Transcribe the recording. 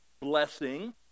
blessing